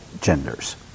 genders